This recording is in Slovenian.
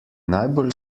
najbolj